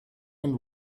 and